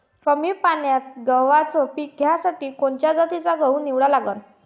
कमी पान्यात गव्हाचं पीक घ्यासाठी कोनच्या जातीचा गहू निवडा लागन?